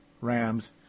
Rams